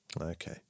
Okay